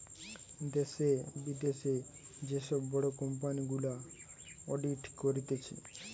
দ্যাশে, বিদ্যাশে যে সব বড় কোম্পানি গুলা অডিট করতিছে